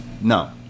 no